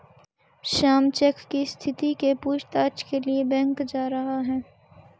Shyam cheque की स्थिति के पूछताछ के लिए बैंक जा रहा है